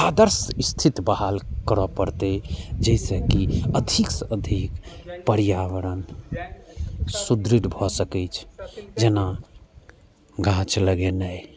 आदर्श स्थिति बहाल करऽ पड़तै जाहिसँ कि अधिकसँ अधिक पर्यावरण सुदृढ़ भऽ सकै जेना गाछ लगेनाइ